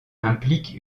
implique